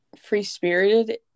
free-spirited